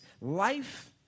Life